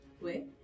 Wait